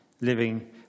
living